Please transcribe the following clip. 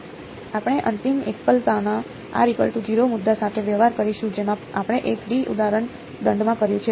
આપણે અંતમાં એકલતાના મુદ્દા સાથે વ્યવહાર કરીશું જેમ આપણે 1 D ઉદાહરણ દંડમાં કર્યું છે